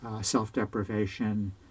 self-deprivation